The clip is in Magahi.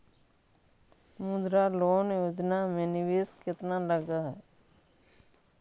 मुद्रा लोन योजना में निवेश केतना लग हइ?